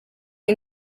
iyi